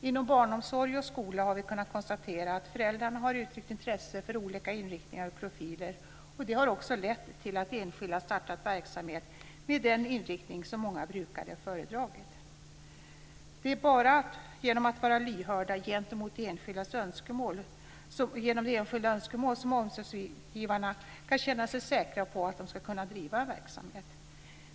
Inom barnomsorgen och skolan har vi kunnat konstatera att föräldrarna har uttryckt intresse för olika inriktningar och profiler. Det har också lett till att enskilda har startat verksamhet med den inriktning som många brukare har föredragit. Det är bara genom att vara lyhörda gentemot de enskildas önskemål som omsorgsgivarna kan känna sig säkra på att de ska kunna driva en verksamhet.